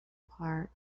part